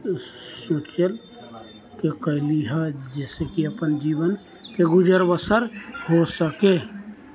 सोचिके कएली हँ जइसे कि अपन जीवनके गुजर बसर हो सकै